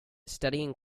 studying